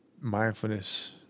Mindfulness